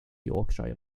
yorkshire